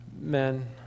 Men